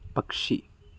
പക്ഷി